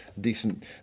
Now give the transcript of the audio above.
decent